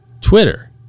Twitter